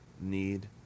need